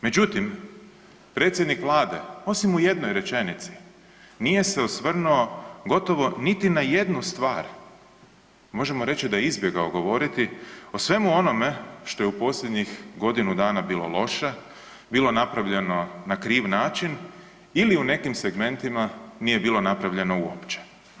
Međutim, predsjednik Vlade, osim u jednoj rečenici, nije se osvrnuo gotovo niti na jednu stvar, možemo reći da je izbjegao govoriti o svemu onome što je u posljednjih godinu dana bilo loše, bilo napravljeno na kriv način ili u nekim segmentima nije bilo napravljeno uopće.